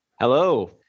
Hello